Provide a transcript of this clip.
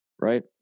Right